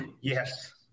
yes